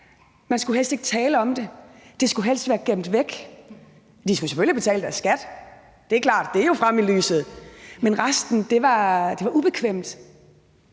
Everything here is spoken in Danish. Man skulle helst ikke tale om det. Det skulle helst være gemt væk. De skulle selvfølgelig betale deres skat – det er klart, det er jo fremme i lyset. Men resten var ubekvemt.